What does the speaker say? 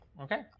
Okay